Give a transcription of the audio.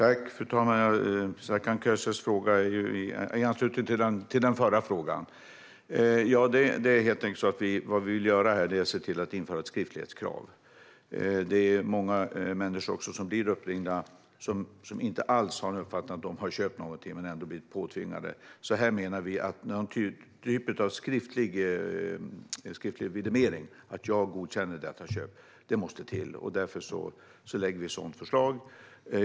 Fru talman! Serkan Köses fråga anknyter till den förra frågan. Vad vi vill göra är att införa ett skriftlighetskrav. Många människor som blir uppringda har inte alls uppfattningen att de har köpt något men tvingas ändå till detta. Någon typ av skriftlig vidimering av att man godkänner köpet måste därför till, och vi lägger fram ett sådant förslag.